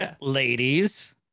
ladies